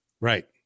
Right